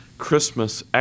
Christmas